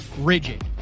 rigid